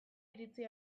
iritsi